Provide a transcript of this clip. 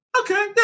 okay